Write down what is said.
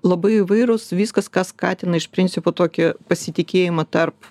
labai įvairūs viskas kas skatina iš principo tokį pasitikėjimą tarp